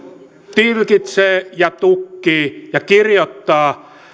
tilkitsee ja tukkii ja kirjoittaa